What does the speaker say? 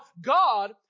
God